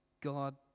God